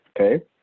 okay